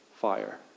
fire